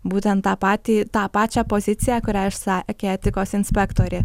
būtent tą patį tą pačią poziciją kurią išsakė etikos inspektorė